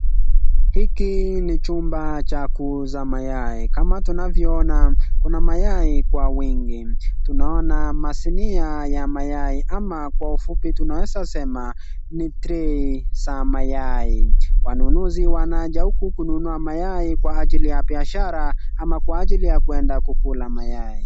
Hiki ni chumba cha kuuza mayai, kama tunavyoona, Kuna mayai kwa wingi. Tunaona masinia ya mayai ama kwa ufupi tunaweza sema ni tray za mayai. Wanunuzi wanaja huku kununua mayai kwa ajili ya biashara ama kwa ajili y kwenda kukula mayai.